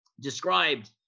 described